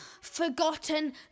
forgotten